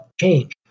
change